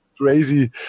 crazy